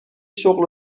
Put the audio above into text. شغل